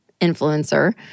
influencer